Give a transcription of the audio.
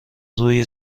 روی